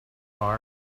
bar